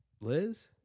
Liz